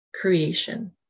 creation